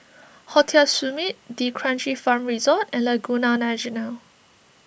Hotel Summit D'Kranji Farm Resort and Laguna National